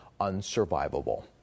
unsurvivable